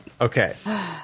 Okay